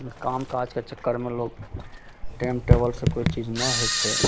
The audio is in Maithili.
काम काजके चक्करमे लोक टाइम टेबलसँ कोइ चीज नहि होइ छै